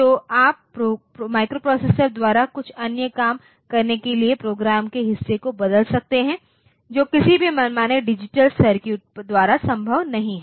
तो आप माइक्रोप्रोसेसर द्वारा कुछ अन्य काम करने के लिए प्रोग्राम के हिस्से को बदल सकते हैं जो किसी भी मनमाने डिजिटल सर्किट द्वारा संभव नहीं है